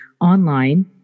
online